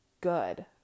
good